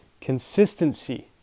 consistency